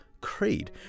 Creed